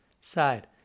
side